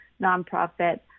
nonprofit